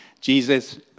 Jesus